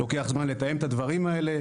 לוקח זמן לתאם את הדברים האלה.